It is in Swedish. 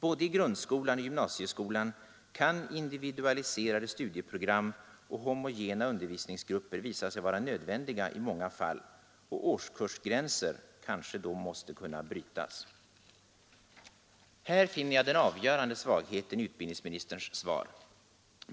Både i grundskolan och i gymnasieskolan kan individualiserade studieprogram och homogena undervisningsgrupper visa sig vara nödvändiga i många fall. Årskursgränser måste då kunna brytas. Här är den avgörande svagheten i utbildningsministerns svar.